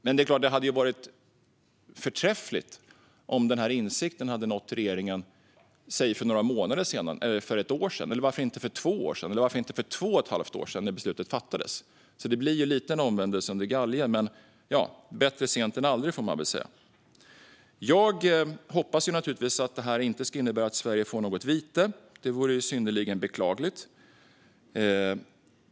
Men det hade såklart varit förträffligt om denna insikt hade nått regeringen för några månader sedan, för något år sedan, för två år sedan eller varför inte för två och ett halvt år sedan, då beslutet fattades. Det här blir lite av en omvändelse under galgen, men bättre sent än aldrig. Jag hoppas naturligtvis att detta inte ska innebära att Sverige får ett vite. Det vore synnerligen beklagligt.